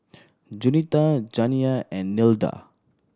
Juanita Janiah and Nilda